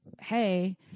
Hey